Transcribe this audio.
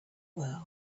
world